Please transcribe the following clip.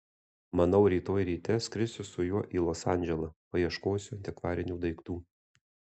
manau rytoj ryte skrisiu su juo į los andželą paieškosiu antikvarinių daiktų